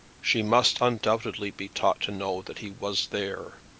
she must undoubtedly be taught to know that he was there,